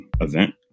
event